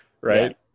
right